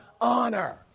honor